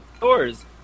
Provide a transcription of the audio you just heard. doors